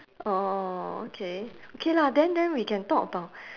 orh okay okay lah then then we can talk about